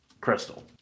crystal